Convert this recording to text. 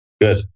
Good